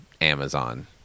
Amazon